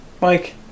Mike